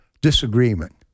disagreement